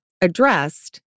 addressed